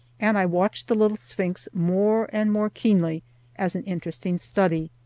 and i watched the little sphinx more and more keenly as an interesting study.